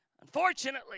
Unfortunately